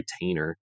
retainer